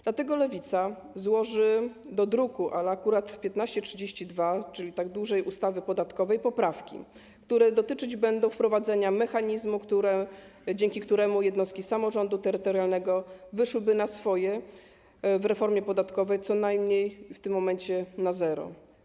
Dlatego Lewica złoży do druku, ale akurat nr 1532, czyli dużej ustawy podatkowej, poprawki, które dotyczyć będą wprowadzenia mechanizmu, dzięki któremu jednostki samorządu terytorialnego wyszłyby na samej reformie podatkowej co najmniej w tym momencie na zero.